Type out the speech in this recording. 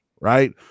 Right